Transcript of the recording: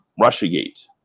Russiagate